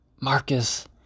Marcus